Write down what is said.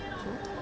true